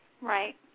Right